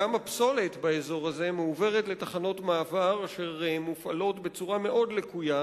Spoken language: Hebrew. גם הפסולת באזור הזה מועברת לתחנות מעבר אשר מופעלות בצורה מאוד לקויה.